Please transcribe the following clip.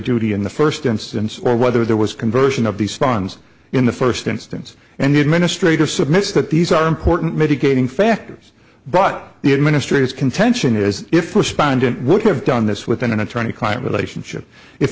duty in the first instance or whether there was conversion of these funds in the first instance and the administrator submitted that these are important mitigating factors but the administrators contention is if respondent would have done this with an attorney client relationship if